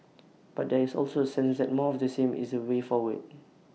but there is also A sense that more of the same is the way forward